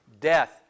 Death